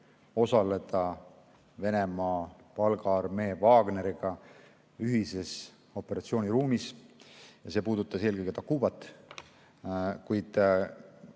osaleda Venemaa palgaarmee Wagneriga ühises operatsiooniruumis, puudutas eelkõige Takubat. Kuid